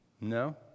No